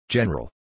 General